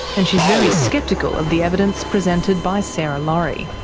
and she's very sceptical of the evidence presented by sarah laurie.